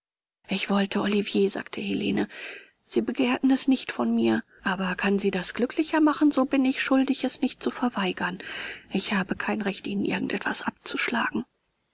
ich wollte olivier sagte helene sie begehrten es nicht von mir aber kann sie das glücklicher machen so bin ich schuldig es nicht zu verweigern ich habe kein recht ihnen irgend etwas abzuschlagen